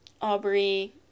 Aubrey